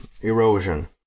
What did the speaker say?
erosion